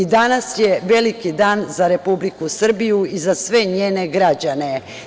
Danas je veliki dan za Republiku Srbiju i za sve njene građane.